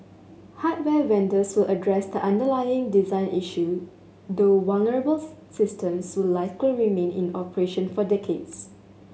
hardware vendors will address the underlying design issue though vulnerable systems will like remain in operation for decades